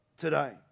today